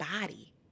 body